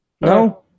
No